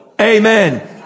Amen